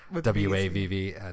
W-A-V-V